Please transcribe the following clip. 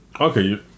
Okay